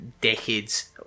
decades